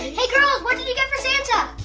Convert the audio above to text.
hey girls, what did you get for santa?